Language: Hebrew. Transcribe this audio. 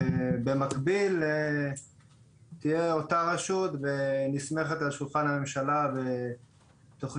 ובמקביל תהיה אותה רשות נסמכת על שולחן הממשלה בתכנית